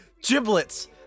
Giblets